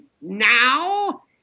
now